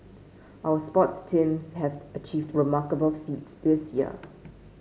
our sports teams have achieved remarkable feats this year